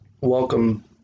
welcome